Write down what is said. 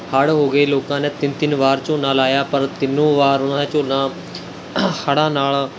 ਹੜ੍ਹ ਹੋ ਗਏ ਲੋਕਾਂ ਨੇ ਤਿੰਨ ਤਿੰਨ ਵਾਰ ਝੋਨਾ ਲਾਇਆ ਪਰ ਤਿੰਨੋਂ ਵਾਰ ਉਨ੍ਹਾਂ ਦਾ ਝੋਨਾ ਹੜ੍ਹਾਂ ਨਾਲ਼